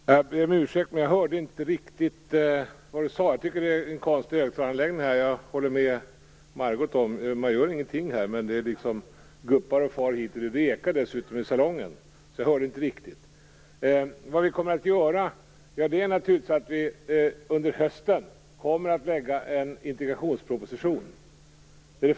Fru talman! Jag ber om ursäkt, men jag hörde inte riktigt vad som sades här. Högtalaranläggningen är litet konstig. För det första kommer vi till hösten att lägga fram en integrationsproposition.